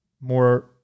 more